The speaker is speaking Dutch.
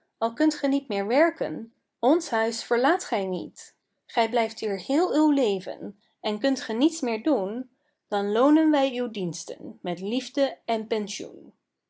al kunt ge niets meer werken ons huis verlaat gij niet gij blijft hier heel uw leven en kunt ge niets meer doen dan loonen wij uw diensten met liefde en pensioen